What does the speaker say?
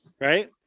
Right